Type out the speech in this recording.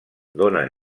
donen